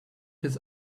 his